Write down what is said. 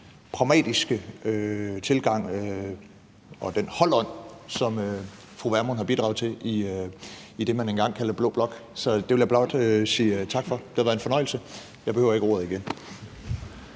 pragmatiske tilgang og den holdånd, som fru Pernille Vermund har bidraget til i det, man engang kaldte blå blok. Så det vil jeg blot sige tak for – det har været en fornøjelse. Og jeg behøver ikke at få